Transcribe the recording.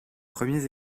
premiers